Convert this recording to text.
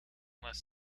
unless